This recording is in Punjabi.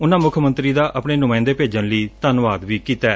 ਉਨੂਾ ਮੁੱਖ ਮੰਤਰੀ ਦਾ ਆਪਣੇ ਨੁਮਾਇੰਦੇ ਦੇ ਭੇਜਣ ਲਈ ਧੰਨਵਾਦ ਵੀ ਕੀਤੈ